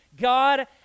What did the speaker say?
God